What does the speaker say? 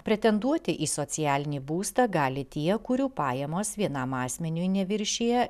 pretenduoti į socialinį būstą gali tie kurių pajamos vienam asmeniui neviršija